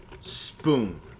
spoon